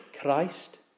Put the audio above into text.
Christ